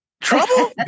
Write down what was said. Trouble